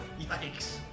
Yikes